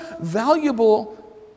valuable